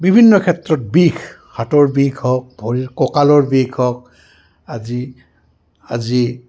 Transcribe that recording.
বিভিন্ন ক্ষেত্ৰত বিষ হাতৰ বিষ হওক ভৰি কঁকালৰ বিষ হওক আজি আজি